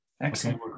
Excellent